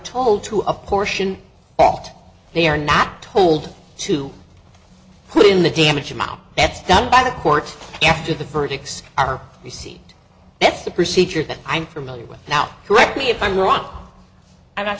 told to apportion they are not told to put in the damage amount that's done by the court after the verdicts are we see that's the procedure that i'm familiar with now correct me if i'm wrong i'm not